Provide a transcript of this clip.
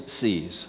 sees